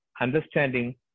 understanding